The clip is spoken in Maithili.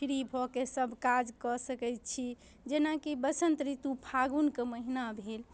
फ्री भऽ कऽ सब काज कऽ सकै छी जेना कि बसन्त ऋतु फागुनके महिना भेल